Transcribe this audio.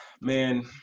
Man